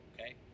okay